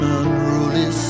unruly